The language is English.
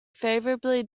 favorably